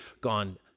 gone